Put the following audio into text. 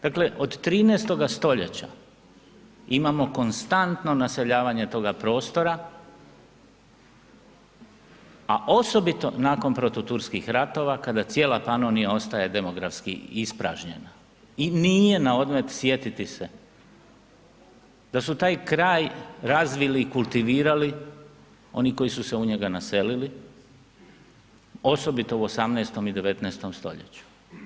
Dakle, od 13. stoljeća imamo konstantno naseljavanje toga prostora, a osobito nakon protuturskih ratova kada cijela Panonija ostaje demografski ispražnjena i nije na odmet sjetiti se da su taj kraj razvili i kultivirali oni koji su se u njega naselili osobito u 18. i 19. stoljeću.